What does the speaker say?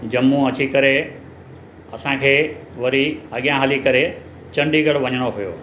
जम्मू अची करे असांखे वरी अॻियां हली करे चंडीगढ़ वञिणो पियो